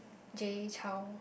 Jay-Chou